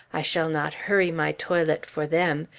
i shall not hurry my toilet for them.